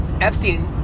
Epstein